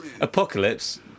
Apocalypse